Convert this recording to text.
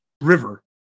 river